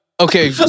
Okay